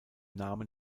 namen